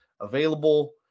available